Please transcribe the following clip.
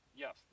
Yes